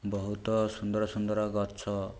ବହୁତ ସୁନ୍ଦର ସୁନ୍ଦର ଗଛ